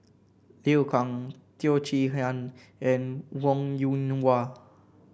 Liu Kang Teo Chee Hean and Wong Yoon Wah